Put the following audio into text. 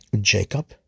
Jacob